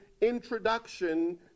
introduction